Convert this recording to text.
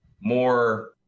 more